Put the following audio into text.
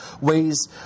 ways